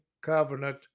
covenant